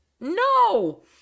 no